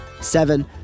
seven